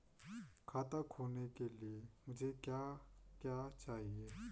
खाता खोलने के लिए मुझे क्या क्या चाहिए?